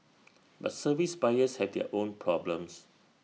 but service buyers have their own problems